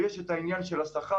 ויש את העניין של השכר,